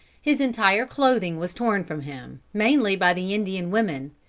his entire clothing was torn from him, mainly by the indian women.